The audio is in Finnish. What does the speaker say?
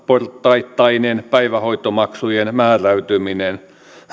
portaittainen päivähoitomaksujen määräytyminen